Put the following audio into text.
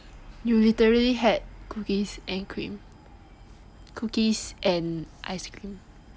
you literally had cookies and cream cookies and ice cream